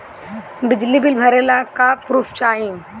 बिजली बिल भरे ला का पुर्फ चाही?